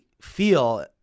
feel